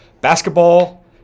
basketball